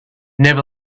never